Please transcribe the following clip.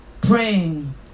praying